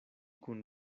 kun